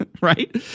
right